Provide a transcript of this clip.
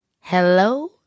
Hello